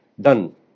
done